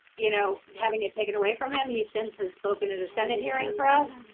you know, having it taken away from him, he senses spoken at a senate hearing for us.